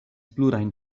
plurajn